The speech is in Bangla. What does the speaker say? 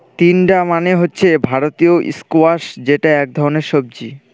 তিনডা মানে হচ্ছে ভারতীয় স্কোয়াশ যেটা এক ধরনের সবজি